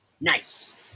Nice